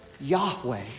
Yahweh